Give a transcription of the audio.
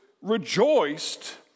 rejoiced